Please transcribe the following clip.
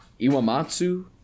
Iwamatsu